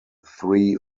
three